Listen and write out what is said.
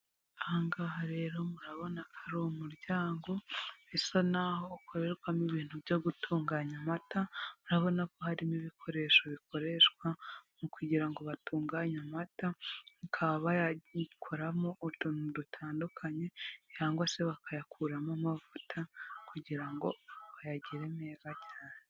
Ahangaha rero murabona hari umuryango, bisa naho ukorerwamo ibintu byo gutunganya amata, urarabona ko harimo ibikoresho bikoreshwa mu kugira ngo batunganya amata, bakaba bayakoramo utuntu dutandukanye, cyangwa se bakayakuramo amavuta, kugira ngo bayagire neza cyane.